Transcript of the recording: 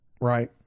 Right